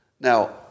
Now